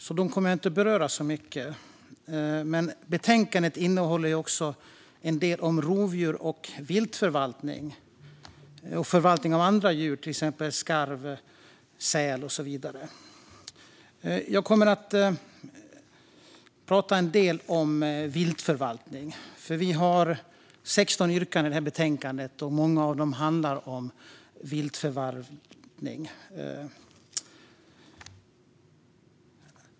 Därför kommer jag inte att beröra dem särskilt mycket. Men betänkandet innehåller också en del om rovdjur och viltförvaltning och förvaltning av andra djur, till exempel skarv och säl. Jag kommer att tala en del om viltförvaltning. Vi har nämligen 16 yrkanden i betänkandet, och många av dem handlar om viltförvaltning.